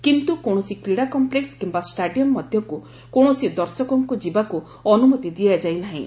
କିନ୍ତୁ କୌଣସି କ୍ରୀଡ଼ା କଂପ୍ଲେକ୍ସ କିମ୍ବା ଷ୍ଟାଡିୟମ୍ ମଧ୍ୟକୁ କୌଣସି ଦର୍ଶକଙ୍କୁ ଯିବାକୁ ଅନୁମତି ଦିଆଯାଇ ନାହିଁ